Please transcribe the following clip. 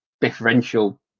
differential